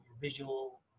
visual